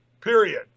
period